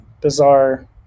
bizarre